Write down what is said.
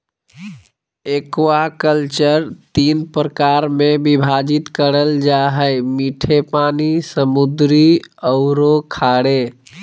aquaculture तीन प्रकार में विभाजित करल जा हइ मीठे पानी, समुद्री औरो खारे